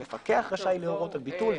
המפקח רשאי להורות על ביטול.